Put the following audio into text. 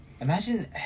Imagine